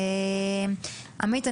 אביתר,